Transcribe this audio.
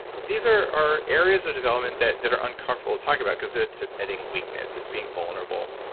these are are areas of development that that are uncomfortable to talk about because it's admitting weakness, it's being vulnerable.